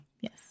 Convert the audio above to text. yes